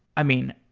i mean,